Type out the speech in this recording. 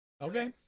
Okay